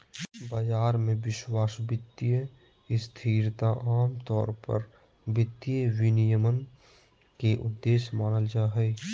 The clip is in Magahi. बाजार मे विश्वास, वित्तीय स्थिरता आमतौर पर वित्तीय विनियमन के उद्देश्य मानल जा हय